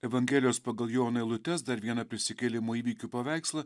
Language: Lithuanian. evangelijos pagal joną eilutes dar vieną prisikėlimo įvykių paveikslą